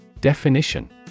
Definition